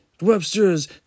Webster's